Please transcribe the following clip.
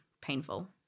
painful